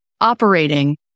operating